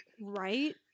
Right